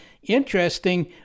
interesting